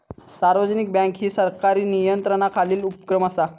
सार्वजनिक बँक ही सरकारी नियंत्रणाखालील उपक्रम असा